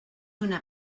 una